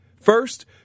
First